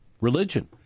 Religion